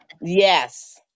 Yes